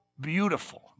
beautiful